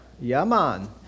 yaman